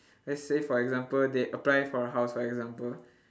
let's say for example they apply for a house for example